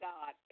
God